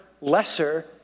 lesser